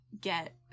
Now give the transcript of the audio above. get